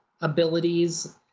abilities